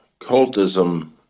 cultism